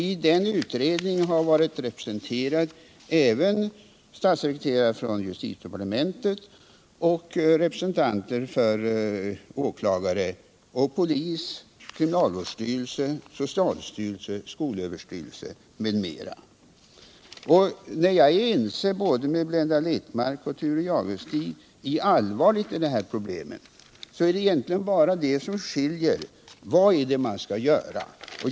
I den utredningen har funnits statssekreteraren från justitiedepartementet och representanter för åklagarna, polisen, kriminal Jag är alltså ense med både Blenda Littmarck och Thure Jadestig om allvaret i detta problem, och vad som skiljer oss åt är egentligen bara åsikterna om vad som skall göras åt det.